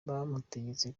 bamutegetse